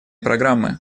программы